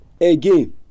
again